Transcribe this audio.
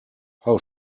how